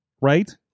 right